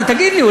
תגיד לי,